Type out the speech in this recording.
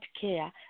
care